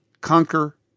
conquer